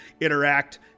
interact